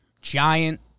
giant